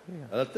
רגע,